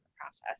process